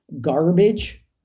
garbage